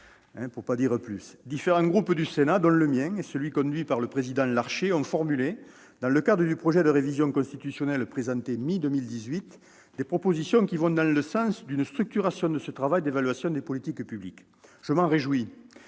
pour le moins songeur ... Différents groupes du Sénat, dont le mien et celui qui est conduit par le président Larcher, ont formulé, dans le cadre de la présentation du projet de révision constitutionnelle à la mi-2018, des propositions allant dans le sens d'une structuration de ce travail d'évaluation des politiques publiques. Je m'en réjouis.